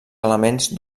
elements